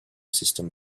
system